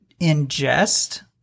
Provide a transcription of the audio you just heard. ingest